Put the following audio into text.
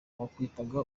wahitaga